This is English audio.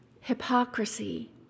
hypocrisy